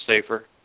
safer